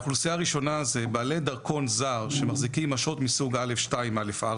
האוכלוסייה הראשונה בעלי דרכון זר שמחזיקים אשרות מסוג א/2-א/4,